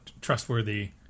trustworthy